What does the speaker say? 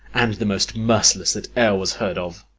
and the most merciless that e'er was heard of.